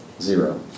Zero